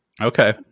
Okay